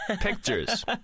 Pictures